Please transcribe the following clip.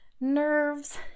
nerves